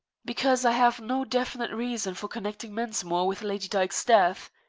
because i have no definite reason for connecting mensmore with lady dyke's death.